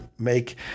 make